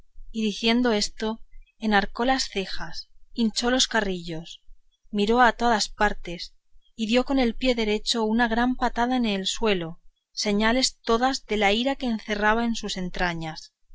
y diciendo esto enarcó las cejas hinchó los carrillos miró a todas partes y dio con el pie derecho una gran patada en el suelo señales todas de la ira que encerraba en sus entrañas